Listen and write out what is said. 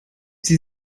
sie